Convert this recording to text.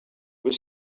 were